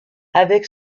avec